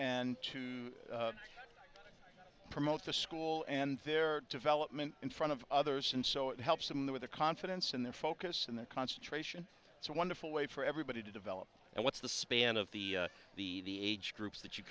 and to promote the school and their development in front of others and so it helps them with the confidence in their focus and their concentration it's a wonderful way for everybody to develop and what's the span of the the age groups that you